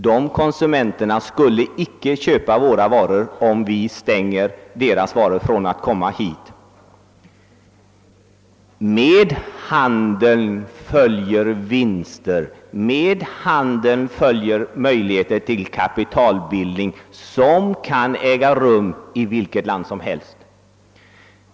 De konsumenterna skulle icke köpa våra varor om vi utestänger deras varor från att komma hit. Med handeln följer vinster, möjlighe ter till kapitalbildning som kan äga rum i vilket land som helst.